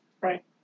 Right